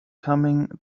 coming